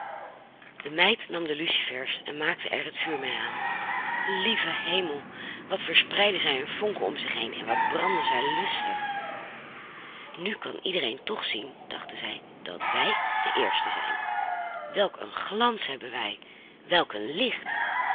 de meid nam de lucifers en maakte er het vuur mee aan lieve hemel wat spreidden zij een vonken om zich heen en wat brandden zij lustig nu kan iedereen toch zien dachten zij dat wij de eersten zijn welk een glans hebben wij welk een licht